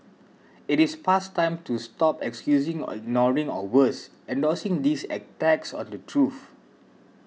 it is past time to stop excusing or ignoring or worse endorsing these attacks on the truth